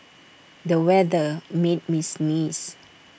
the weather made me sneeze